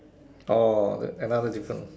orh another difference